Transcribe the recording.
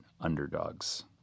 underdogs